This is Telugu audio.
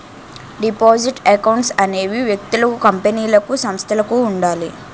డిపాజిట్ అకౌంట్స్ అనేవి వ్యక్తులకు కంపెనీలకు సంస్థలకు ఉండాలి